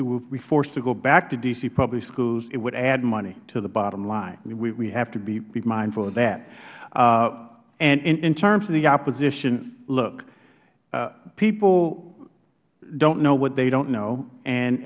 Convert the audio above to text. will be forced to go back to d c public schools it would add money to the bottom line we have to be mindful of that and in terms of the opposition look people don't know what they don't know and